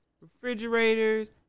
refrigerators